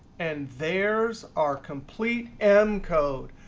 and there's our complete m code.